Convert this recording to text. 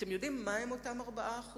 אתם יודעים מה הם אותם 4%?